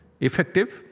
effective